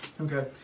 Okay